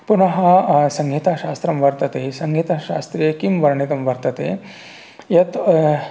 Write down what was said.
पुनः संहिताशास्त्रं वर्तते संहिताशास्त्रे किं वर्णितं वर्तते यत्